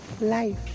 life